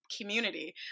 community